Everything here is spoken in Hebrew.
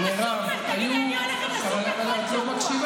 אני הולכת לסופר כל שבוע.